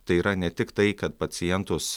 tai yra ne tik tai kad pacientus